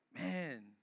Man